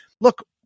Look